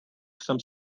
jsem